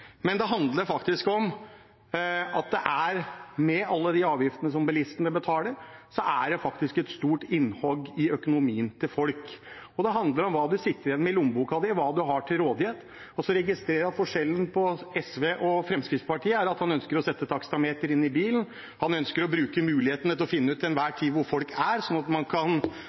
Det handler om at med alle de avgiftene bilistene faktisk betaler, er det et stort innhogg i økonomien til folk. Det handler om hva man sitter igjen med i lommeboken sin, og om hva man har til rådighet. Så registrerer jeg at forskjellen på SV og Fremskrittspartiet er at han ønsker å sette taksameter i bilen, han ønsker å bruke mulighetene til å finne ut til enhver tid hvor folk er, slik at man kan